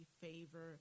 favor